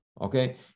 okay